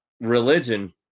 religion